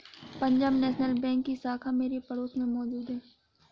Punjab National Bank की शाखा मेरे पड़ोस में मौजूद है